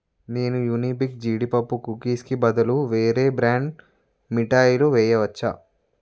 నేను యునీబిక్ జీడిపప్పు కుకీస్కి బదులు వేరే బ్రాండ్ మిఠాయిలు వేయవచ్చా